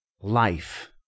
Life